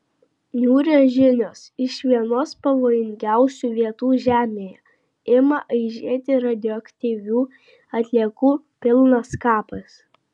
niūrios žinios iš vienos pavojingiausių vietų žemėje ima aižėti radioaktyvių atliekų pilnas kapas